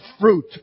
fruit